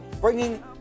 bringing